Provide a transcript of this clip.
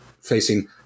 facing